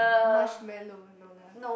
marshmallow no lah